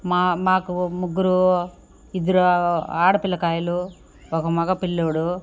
మా మాకు ముగ్గురు ఇద్దరు ఆడపిల్లకాయలు ఒక మగ పిల్లోడు